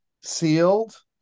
Sealed